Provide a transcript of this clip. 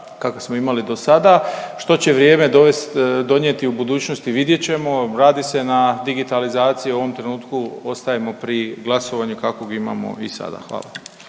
kakav smo imali dosada. Što će vrijeme donijeti u budućnosti vidjet ćemo. Radi se na digitalizaciji. U ovom trenutku ostajemo pri glasovanju kakvog imamo i sada. Hvala.